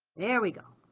there we go,